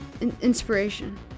Inspiration